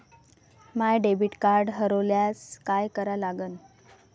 माय debit card हरोल्यास काय करा लागन?